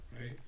right